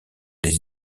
les